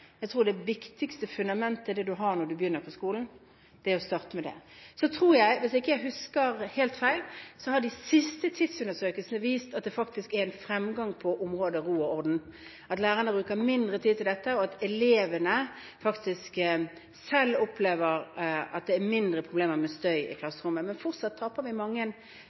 Jeg tror det viktigste fundamentet er det du har når du begynner på skolen, og man må starte med det. Hvis ikke jeg husker helt feil, har de siste tids undersøkelser vist at det faktisk er fremgang på området ro og orden, at lærerne bruker mindre tid til dette, og at elevene faktisk selv opplever at det er mindre problemer med støy i klasserommet. Men fortsatt taper vi mange